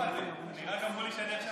לא אכפת לי, רק אמרו לי שאני עכשיו.